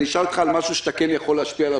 אשאל אותך על משהו שאתה כן יכול להשפיע עליו